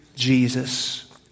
Jesus